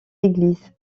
église